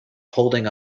holding